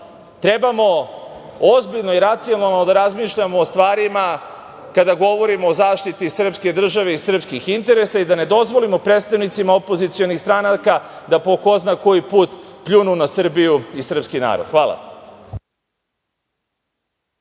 trebamo ozbiljno i racionalno da razmišljamo o stvarima kada govorimo o zaštiti srpske države i srpskih interesa i da ne dozvolimo predstavnicima opozicionih stranaka da po ko zna koji put pljunu na Srbiju i srpski narod. Hvala.